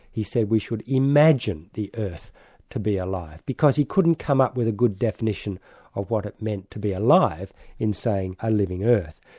he said we should imagine the earth to be alive, because he couldn't come up with a good definition of what it meant to be alive and in saying a living earth.